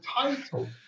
title